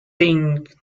tinged